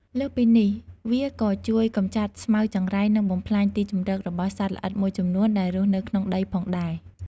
លើសពីនេះ វាក៏ជួយកម្ចាត់ស្មៅចង្រៃ និងបំផ្លាញទីជម្រករបស់សត្វល្អិតមួយចំនួនដែលរស់នៅក្នុងដីផងដែរ។